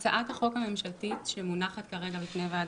גברתי היועצת המשפטית של הוועדה,